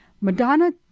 Madonna